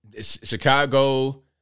Chicago